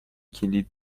کلید